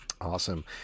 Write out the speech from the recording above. Awesome